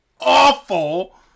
awful